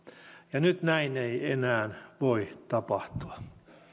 ja nyt näin ei enää voi tapahtua